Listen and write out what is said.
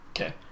Okay